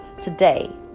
today